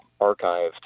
archived